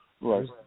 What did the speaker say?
Right